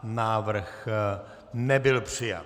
Návrh nebyl přijat.